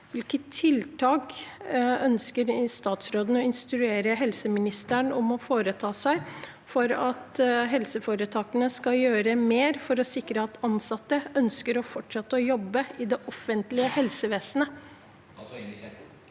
Hvilke tiltak ønsker statsråden å instruere om for at helseforetakene skal gjøre mer for å sikre at ansatte ønsker å fortsette å jobbe i det offentlige helsevesenet?